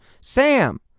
Sam